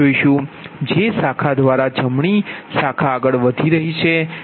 જે શાખા દ્વારા જમણી શાખા આગળ વધે છે